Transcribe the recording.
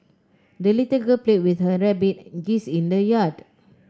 the little girl played with her rabbit and geese in the yard